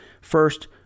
first